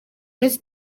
iminsi